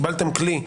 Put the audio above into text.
קיבלתם כלי,